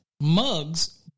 mugs